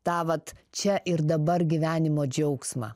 tą vat čia ir dabar gyvenimo džiaugsmą